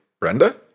Brenda